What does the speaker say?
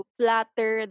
flatter